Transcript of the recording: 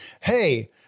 hey